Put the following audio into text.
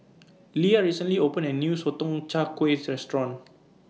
Leah recently opened A New Sotong Char Kway Restaurant